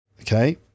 Okay